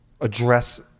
address